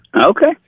Okay